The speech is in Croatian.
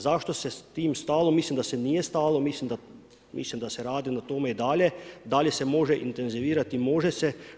Zašto se s tim stalo, mislim da se nije stalo, mislim da se radi na tome i dalje, da li se može intenzivirati, može se.